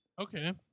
Okay